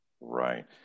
right